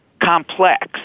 complex